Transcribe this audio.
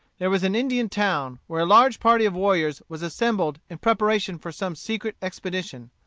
there was an indian town, where a large party of warriors was assembled in preparation for some secret expedition.